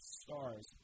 stars